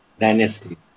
dynasty